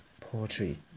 poetry